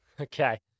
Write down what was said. Okay